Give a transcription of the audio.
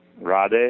Rade